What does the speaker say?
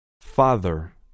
Father